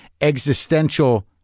existential